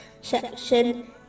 section